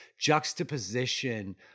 juxtaposition